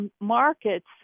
markets